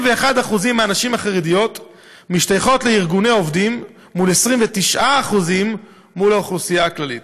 21% מהנשים החרדיות משתייכות לארגוני עובדים מול 29% באוכלוסייה הכללית.